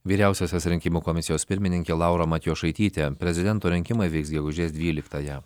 vyriausiosios rinkimų komisijos pirmininkė laura matijošaitytė prezidento rinkimai vyks gegužės dvyliktąją